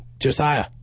Josiah